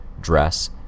dress